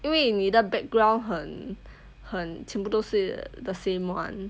因为你的 background 很很全部都是 the same [one]